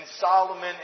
Solomon